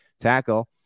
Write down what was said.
tackle